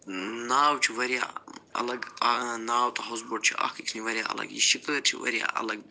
ناو چھِ وارِیاہ الگ ناو تہٕ ہاوُس بوٹ چھِ اکھ أکِس نِش وارِیاہ الگ یہِ شِکٲرۍ چھِ وارِیاہ الگ